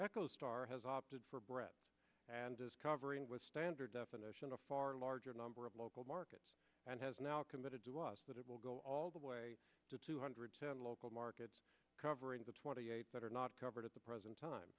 echostar has opted for bread and discovering with standard definition a far larger number of local markets and has now committed to us that it will go all the way to two hundred ten local markets covering the twenty eight that are not covered at the present time